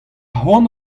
cʼhoant